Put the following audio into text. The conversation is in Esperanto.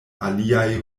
aliaj